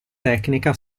tecnica